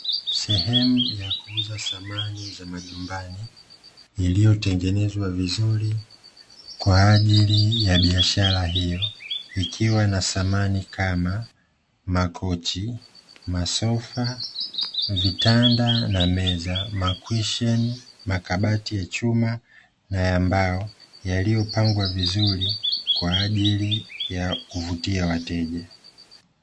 Sehemu ya kuuza samani za majumbani, iliyotengenezwa vizuri kwa ajili ya biashara hiyo, ikiwa na samani kama makochi, masofa, vitanda, na meza. makwesheni, makabati ya chuma na ya mbao, yaliyopangwa vizuri, kwa ajili ya kuvutia wateja.